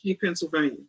pennsylvania